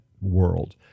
world